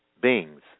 beings